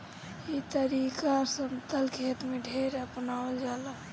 ई तरीका समतल खेत में ढेर अपनावल जाला